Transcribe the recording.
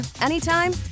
anytime